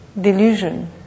delusion